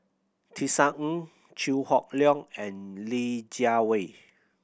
Tisa Ng Chew Hock Leong and Li Jiawei